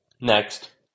Next